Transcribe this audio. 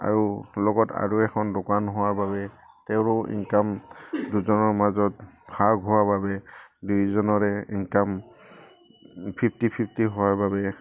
আৰু লগত আৰু এখন দোকান হোৱাৰ বাবে তেওঁৰো ইনকাম দুজনৰ মাজত ভাগ হোৱাৰ বাবে দুয়োজনৰে ইনকাম ফিফটি ফিফটি হোৱাৰ বাবে